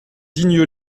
digne